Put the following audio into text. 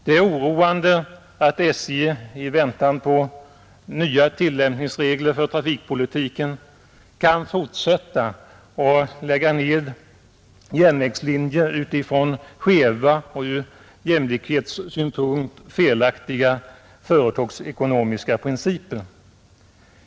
Det är oroande att SJ — i väntan på nya tillämpningsregler för trafikpolitiken — kan fortsätta och lägga ned järnvägslinjer utifrån skeva och ur jämlikhetssynvinkel felaktiga företagsekonomiska principer.